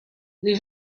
les